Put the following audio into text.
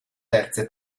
terze